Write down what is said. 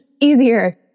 easier